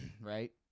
Right